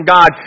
God